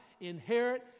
inherit